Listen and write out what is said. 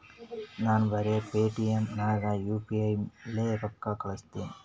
ನಾರೇ ಬರೆ ಪೇಟಿಎಂ ನಾಗ್ ಯು ಪಿ ಐ ಲೇನೆ ರೊಕ್ಕಾ ಕಳುಸ್ತನಿ